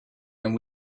and